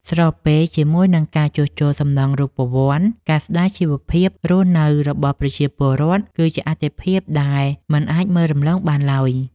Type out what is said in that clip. ស្របពេលជាមួយនឹងការជួសជុលសំណង់រូបវន្ត ការស្តារជីវភាពរស់នៅរបស់ប្រជាពលរដ្ឋគឺជាអាទិភាពដែលមិនអាចមើលរំលងបានឡើយ។